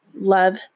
Love